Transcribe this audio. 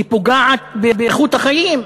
היא פוגעת באיכות החיים,